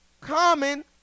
common